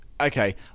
Okay